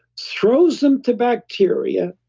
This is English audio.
throws them to bacteria,